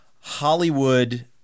Hollywood